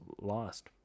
lost